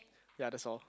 ya that's all